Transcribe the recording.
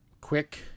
quick